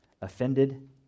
offended